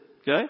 okay